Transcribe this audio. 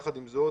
יחד עם זאת